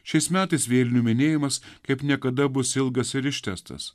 šiais metais vėlinių minėjimas kaip niekada bus ilgas ir ištęstas